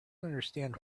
understand